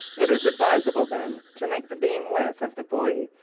it is advisable then to make the beam width of the buoy,